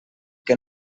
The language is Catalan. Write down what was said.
que